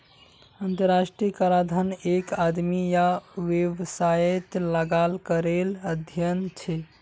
अंतर्राष्ट्रीय कराधन एक आदमी या वैवसायेत लगाल करेर अध्यन छे